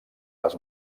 les